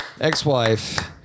ex-wife